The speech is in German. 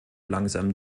langsam